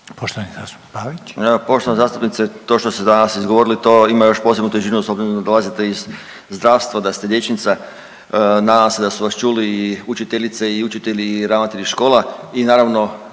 Poštovana zastupnice, to što ste danas izgovorili, to ima još posebnu težinu s obzirom da dolazite iz zdravstva, da ste liječnica, nadam se da su vas čuli i učiteljice i učitelji i ravnatelji škola i naravno,